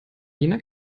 jener